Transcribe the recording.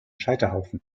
scheiterhaufen